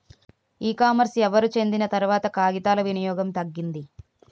ఈ కామర్స్ ఎవరు చెందిన తర్వాత కాగితాల వినియోగం తగ్గింది